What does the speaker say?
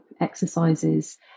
exercises